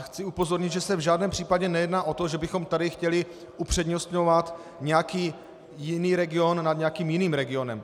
Chci upozornit, že se v žádném případě nejedná o to, že bychom tady chtěli upřednostňovat nějaký jiný region nad nějakým jiným regionem.